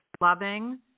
loving